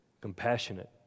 compassionate